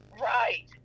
Right